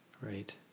right